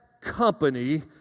company